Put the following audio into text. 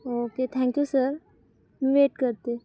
okay thank you sir मी wait करते